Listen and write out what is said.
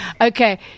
Okay